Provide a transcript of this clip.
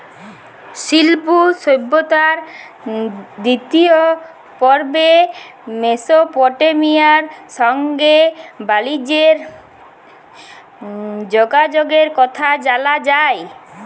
সিল্ধু সভ্যতার দিতিয় পর্বে মেসপটেমিয়ার সংগে বালিজ্যের যগাযগের কথা জালা যায়